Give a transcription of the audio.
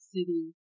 City